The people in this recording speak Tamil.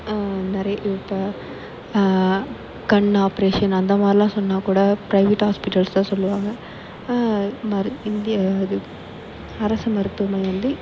நிறைய இப்போ கண் ஆப்ரேஸன் அந்தமாதிரில்லாம் சொன்னால் கூட ப்ரைவேட் ஹாஸ்பிட்டல்ஸ் தான் சொல்லுவாங்க மருத் இந்திய அது அரசு மருத்துவமனை வந்து